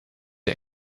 der